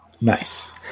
Nice